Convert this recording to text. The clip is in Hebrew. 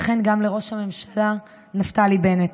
וכן גם לראש הממשלה נפתלי בנט,